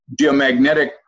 geomagnetic